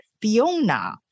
Fiona